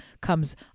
comes